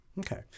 Okay